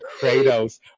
Kratos